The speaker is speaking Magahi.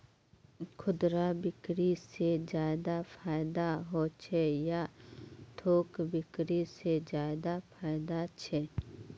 खुदरा बिक्री से ज्यादा फायदा होचे या थोक बिक्री से ज्यादा फायदा छे?